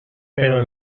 però